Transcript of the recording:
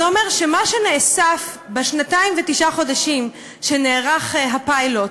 זה אומר שמה שנאסף בשנתיים ותשעה חודשים שבהם נערך הפיילוט,